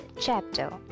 chapter